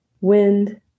Wind